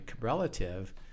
relative